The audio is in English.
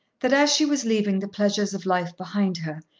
that as she was leaving the pleasures of life behind her,